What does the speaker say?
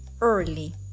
early